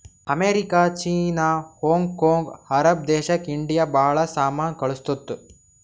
America, China, Hong Kong, Arab ದೇಶಕ್ India ಭಾಳ ಸಾಮಾನ್ ಕಳ್ಸುತ್ತುದ್